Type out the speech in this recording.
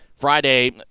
Friday